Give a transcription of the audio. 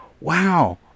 wow